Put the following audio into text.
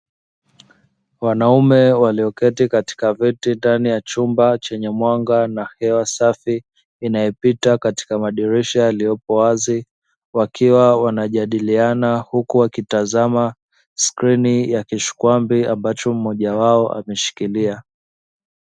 Wanaume walioketi katika viti ndani ya chumba chenye mwanga na hewa safi, inaepita katika madirisha yaliopo wazi wakiwa wanajadiliana huku wakitazama skirini ya kishkwambi ambacho mmoja wao ameshikilia.